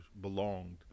belonged